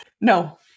No